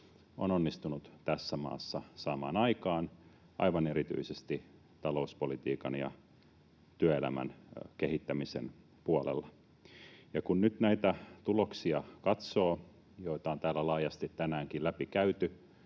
on onnistunut tässä maassa samaan aikaan aivan erityisesti talouspolitiikan ja työelämän kehittämisen puolella. Ja kun nyt näitä tuloksia katsoo, joita on täällä laajasti tänäänkin läpi käyty